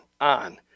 on